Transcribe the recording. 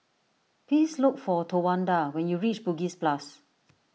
please look for Towanda when you reach Bugis Plus